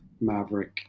Maverick